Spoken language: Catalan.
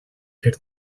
fer